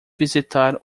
visitar